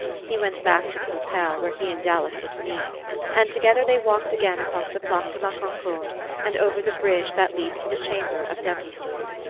he went back to the hotel, where he and dallas were to meet and together they walked again across the place de la concorde and over the bridge that leads to the chamber of deputies.